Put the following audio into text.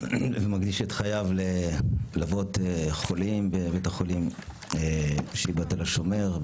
והוא מקדיש את חייו לליווי חולים בבית החולים שיבא תל השומר,